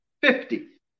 fifty